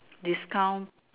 discount